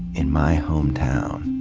in my hometown,